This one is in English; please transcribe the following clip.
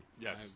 Yes